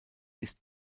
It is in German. ist